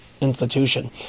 institution